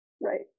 right